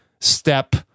step